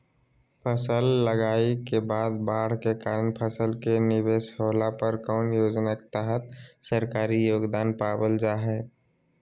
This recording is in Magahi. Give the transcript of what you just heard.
फसल लगाईला के बाद बाढ़ के कारण फसल के निवेस होला पर कौन योजना के तहत सरकारी योगदान पाबल जा हय?